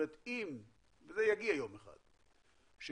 זה יגיע יום אחד,